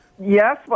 Yes